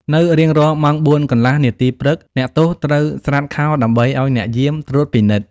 នៅរៀងរាល់ម៉ោង ៤:៣០ នាទីព្រឹក អ្នកទោសត្រូវស្រាតខោដើម្បីឱ្យអ្នកយាមត្រួតពិនិត្យ។